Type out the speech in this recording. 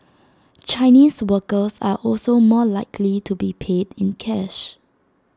Chinese workers are also more likely to be paid in cash